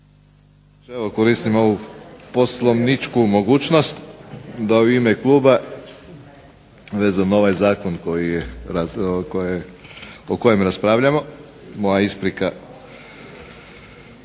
koristim ovu poslovničku mogućnost da u ime Kluba vezano za ovaj zakon o kojem raspravljamo. Moja isprika